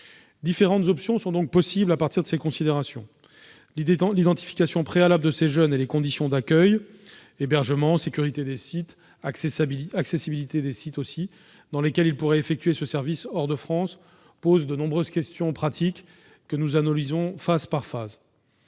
Différentes options sont possibles à partir de ces considérations. L'identification préalable de ces jeunes et les conditions d'accueil- hébergement, sécurité et accessibilité des sites -dans lesquelles ils pourraient effectuer ce service hors de France posent en effet de nombreuses questions pratiques que nous analysons phase par phase.